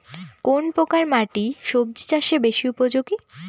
কোন প্রকার মাটি সবজি চাষে বেশি উপযোগী?